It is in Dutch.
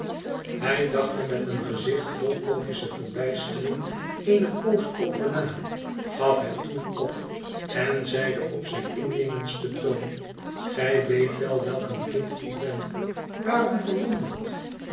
hij dacht er met een gezicht vol comische verbijstering eene poos over na gaf het toon op en zeide op zijn innemendsten toon gij weet wel welk een kind ik ben waarom verwonderd